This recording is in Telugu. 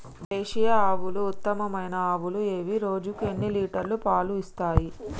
దేశీయ ఆవుల ఉత్తమమైన ఆవులు ఏవి? రోజుకు ఎన్ని లీటర్ల పాలు ఇస్తాయి?